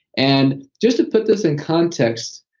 and just to put this in context,